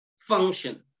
function